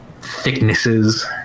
thicknesses